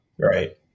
Right